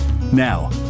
Now